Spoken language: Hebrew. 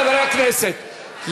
חברי הכנסת,